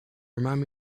remind